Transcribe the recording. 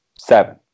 Seven